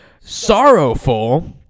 Sorrowful